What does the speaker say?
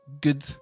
good